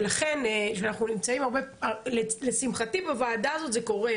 ולכן כשאנחנו נמצאים, לשמחתי בוועדה הזאת זה קורה.